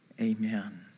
Amen